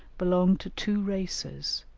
belong to two races,